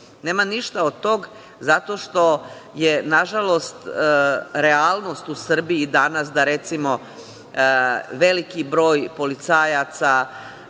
Nema ništa od toga zato što je, nažalost, realnost u Srbiji danas da, recimo, veliki broj policajaca